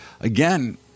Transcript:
again